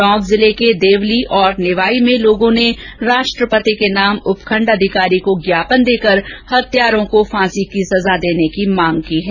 टोंक जिले के देवली और निवाई में लोगों ने राष्ट्रपति के नाम उपखंड अधिकारी को ज्ञापन देकर हत्यारों को फांसी की सजा देने की मांग की है